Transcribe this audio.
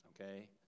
Okay